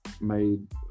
made